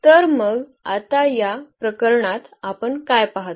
तर मग आता या प्रकरणात आपण काय पाहतो